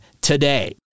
today